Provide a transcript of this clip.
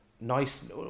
nice